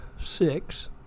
six